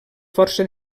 força